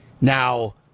Now